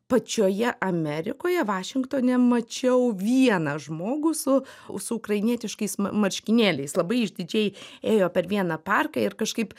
pačioje amerikoje vašingtone mačiau vieną žmogų su su ukrainietiškais marškinėliais labai išdidžiai ėjo per vieną parką ir kažkaip